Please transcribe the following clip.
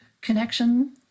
connection